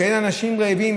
שאין אנשים רעבים,